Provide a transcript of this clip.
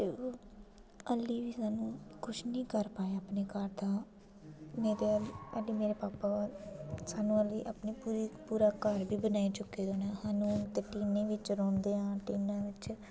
ते हल्लें बी अस किश निं करी पाए अपने घर दा में ते मेरे भापा होर अस अजें अपना पूरी पूरा घर गै बनाई चुके दे होना हा अस हून टीने बिच रौह्ले आं